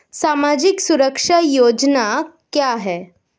सामाजिक सुरक्षा योजना क्या है?